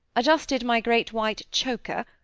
adjusted my great white choker,